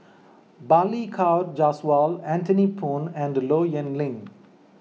Balli Kaur Jaswal Anthony Poon and Low Yen Ling